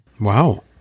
Wow